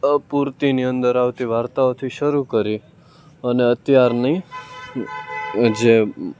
આ પૂર્તિની અંદર આવતી વાર્તાઓથી શરૂ કરી અને અત્યારની જે